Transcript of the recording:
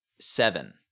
Seven